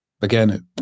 again